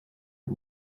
and